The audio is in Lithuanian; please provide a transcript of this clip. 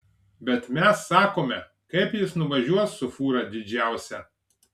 bet mes sakome kaip jis nuvažiuos su fūra didžiausia